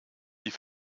die